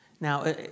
Now